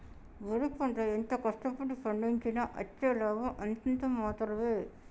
వరి పంట ఎంత కష్ట పడి పండించినా అచ్చే లాభం అంతంత మాత్రవే